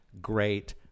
great